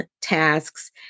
tasks